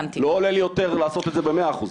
לא עולה לי יותר לעשות את זה ב-100 אחוז.